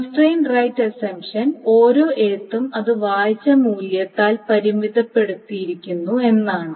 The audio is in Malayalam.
കൺസ്ട്രെയിൻഡ് റൈറ്റ് അസമ്പ്ഷൻ ഓരോ എഴുത്തും അത് വായിച്ച മൂല്യത്താൽ പരിമിതപ്പെടുത്തിയിരിക്കുന്നു എന്നാണ്